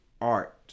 art